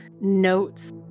notes